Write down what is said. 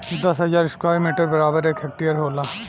दस हजार square metre बराबर एक हेक्टेयर होला